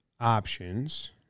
options